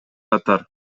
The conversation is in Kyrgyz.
катар